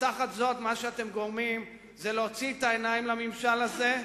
ותחת זאת מה שאתם גורמים זה להוציא את העיניים לממשל הזה,